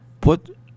put